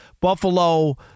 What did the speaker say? Buffalo